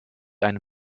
ein